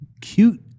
cute